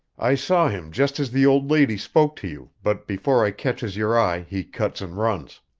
i saw him just as the old lady spoke to you, but before i catches your eye, he cuts and runs.